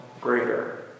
greater